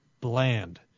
bland